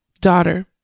daughter